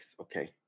okay